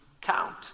count